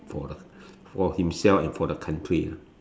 for for himself and for the country